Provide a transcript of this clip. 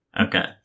Okay